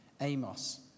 Amos